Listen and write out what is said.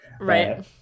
Right